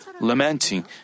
lamenting